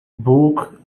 book